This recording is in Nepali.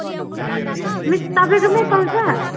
ए मिस तपाईँकोमै पाउँछ